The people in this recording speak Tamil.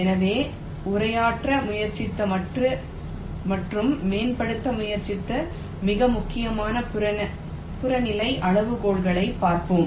எனவே உரையாற்ற முயற்சித்த மற்றும் மேம்படுத்த முயற்சித்த மிக முக்கியமான புறநிலை அளவுகோல்களைப் பார்ப்போம்